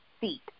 seat